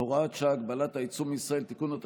(הוראת שעה) (הגבלת היציאה מישראל) (תיקון),